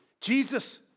Jesus